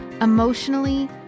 emotionally